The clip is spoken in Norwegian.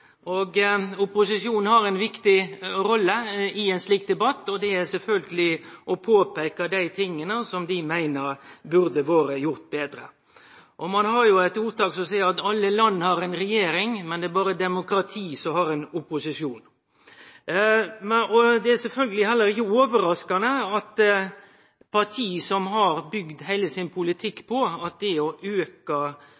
til. Opposisjonen har ei viktig rolle i ein slik debatt – det er sjølvsagt å peike på det dei meiner burde vore gjort betre. Ein har eit ordtak som seier at alle land har ei regjering, men det er berre demokrati som har ein opposisjon. Det er sjølvsagt heller ikkje overraskande at parti har bygd heile sin politikk